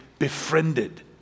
befriended